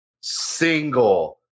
single